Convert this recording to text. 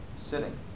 sitting